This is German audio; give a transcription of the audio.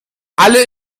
alle